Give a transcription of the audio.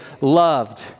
loved